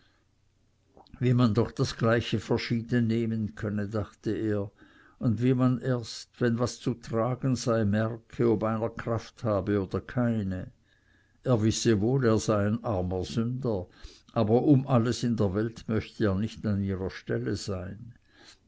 wie man doch das gleiche verschieden nehmen könne dachte er und wie man erst wenn was zu tragen sei merke ob einer kraft habe oder keine er wisse wohl er sei ein armer sünder aber um alles in der welt möchte er nicht an ihrer stelle sein